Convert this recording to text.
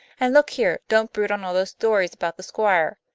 and look here, don't brood on all those stories about the squire.